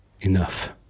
enough